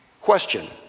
Question